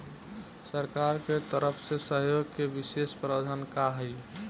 सरकार के तरफ से सहयोग के विशेष प्रावधान का हई?